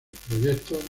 proyectos